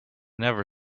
never